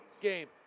game